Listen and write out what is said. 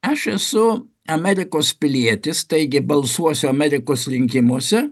aš esu amerikos pilietis taigi balsuosiu amerikos rinkimuose